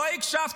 לא הקשבת.